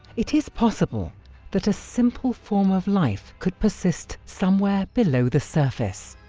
it is possible that a simple form of life could persist somewhere below the surface.